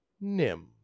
Nim